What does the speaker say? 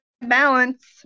balance